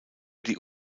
die